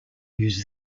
use